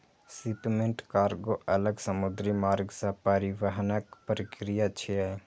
shipment कार्गों अलग समुद्री मार्ग सं परिवहनक प्रक्रिया छियै